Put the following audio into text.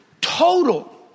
total